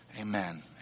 amen